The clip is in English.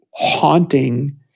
haunting